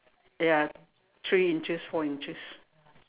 ya three inches four inches